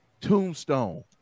Tombstone